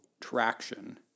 traction